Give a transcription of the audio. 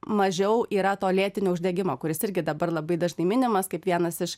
mažiau yra to lėtinio uždegimo kuris irgi dabar labai dažnai minimas kaip vienas iš